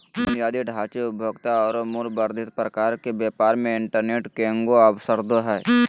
बुनियादी ढांचे, उपभोक्ता औरो मूल्य वर्धित प्रकार के व्यापार मे इंटरनेट केगों अवसरदो हइ